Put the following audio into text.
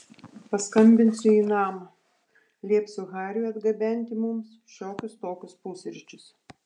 paskambinsiu į namą liepsiu hariui atgabenti mums šiokius tokius pusryčius